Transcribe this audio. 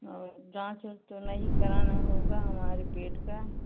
और जाँच उँच तो नहीं कराना होगा हमारे पेट का